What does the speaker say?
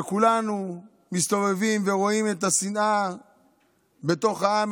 כשכולנו מסתובבים ורואים את השנאה בתוך העם,